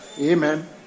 Amen